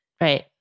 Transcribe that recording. right